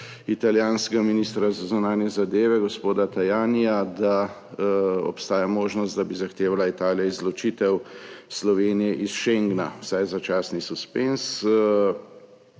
italijanskega ministra za zunanje zadeve gospoda Tajanija, da obstaja možnost, da bi Italija zahtevala izločitev Slovenije iz schengna, vsaj začasni suspenz,